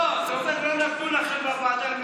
לא, אתה אומר שלא נתנו לכם בוועדה למינוי שופטים.